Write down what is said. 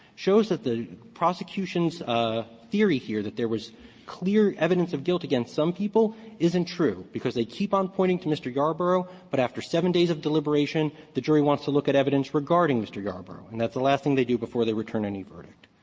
shows that the prosecution's theory here that there was clear evidence of guilt against some people isn't true because they keep on pointing to mr. yarborough, but after seven days of deliberation the jury wants to look at evidence regarding mr. yarborough. and last thing they do before they return any verdict.